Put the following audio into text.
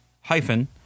hyphen